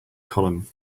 column